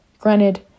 Granted